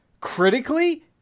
critically